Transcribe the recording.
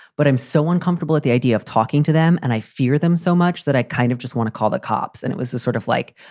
but i'm so uncomfortable at the idea of talking to them and i fear them so much that i kind of just want to call the cops. and it was the sort of like,